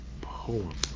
poem